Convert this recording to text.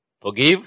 forgive